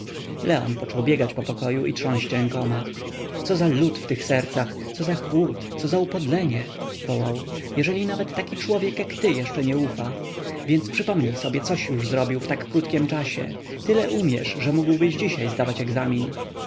leon począł biegać po pokoju i trząść rękoma co za lód w tych sercach co za chłód co za upodlenie wołał jeżeli nawet taki człowiek jak ty jeszcze nie ufa więc przypomnij sobie coś już zrobił w tak krótkim czasie tyle umiesz że mógłbyś dzisiaj zdawać egzamin